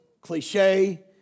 cliche